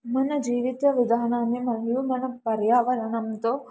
మన జీవిత విధానాన్ని మరియు మన పర్యావరణంతో